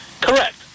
Correct